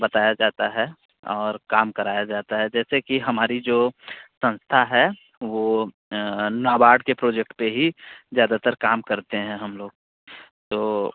बताया जाता है और काम कराया जाता है जैसे कि हमारी जो संस्था है वो नाबार्ड के प्रोजेक्ट पर ही ज्यादातर काम करते हैं हमलोग तो